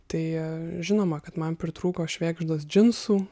tai žinoma kad man pritrūko švėgždos džinsų